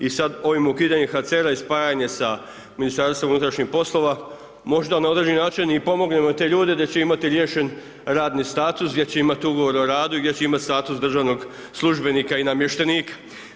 I sa ovim ukidanjem HCR-a i spajanje sa Ministarstvom unutrašnjih poslova možda na određeni način i pomognemo te ljude da će imati riješen radni status, gdje će imati ugovor o radu i gdje će imati status državnog službenika i namještenika.